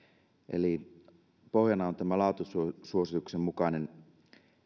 eli pohjana on laatusuosituksen mukainen